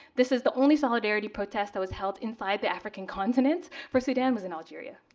this is the only solidarity protest that was held inside the african continent for sudan, was in algeria.